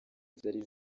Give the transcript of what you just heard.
zari